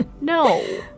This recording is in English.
No